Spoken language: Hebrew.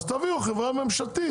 אז תביאו חברה ממשלתית.